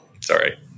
Sorry